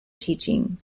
teaching